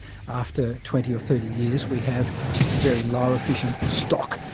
after twenty or thirty years, we have very low efficient stock,